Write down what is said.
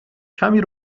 کمی